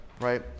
right